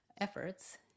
efforts